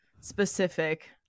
specific